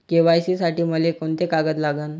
KYC साठी मले कोंते कागद लागन?